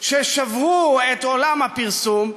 ששברו את עולם הפרסום,